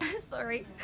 Sorry